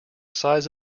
size